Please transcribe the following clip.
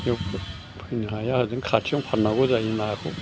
बेयाव फैनो हाया ओजों खाथियावनो फान्नांगौ जायो नाखौ